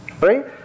right